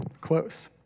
close